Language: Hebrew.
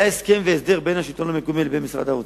היה הסכם והסדר בין השלטון המקומי לבין משרד האוצר.